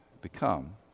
become